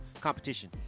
competition